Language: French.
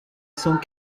cent